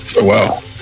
Wow